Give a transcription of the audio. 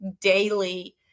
daily